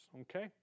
Okay